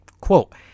quote